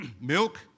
milk